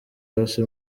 hose